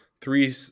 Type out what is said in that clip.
three